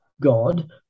God